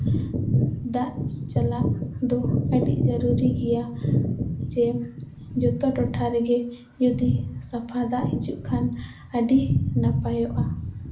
ᱫᱟᱜ ᱪᱟᱞᱟᱜ ᱫᱚ ᱟᱹᱰᱤ ᱡᱟᱹᱨᱩᱨᱤ ᱜᱮᱭᱟ ᱡᱮ ᱡᱚᱛᱚ ᱴᱚᱴᱷᱟ ᱨᱮᱜᱮ ᱡᱩᱫᱤ ᱥᱟᱯᱷᱟ ᱫᱟᱜ ᱦᱤᱡᱩᱜ ᱠᱷᱟᱱ ᱟᱹᱰᱤ ᱱᱟᱯᱟᱭᱚᱜᱼᱟ